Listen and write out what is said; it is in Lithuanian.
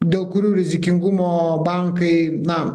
dėl kurių rizikingumo bankai na